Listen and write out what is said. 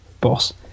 boss